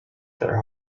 their